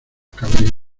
cabellos